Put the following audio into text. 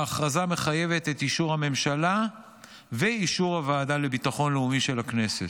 ההכרזה מחייבת את אישור הממשלה ואישור הוועדה לביטחון לאומי של הכנסת.